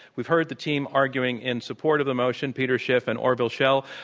we've heard the team arguing in support of the motion, peter schiff and orville schell,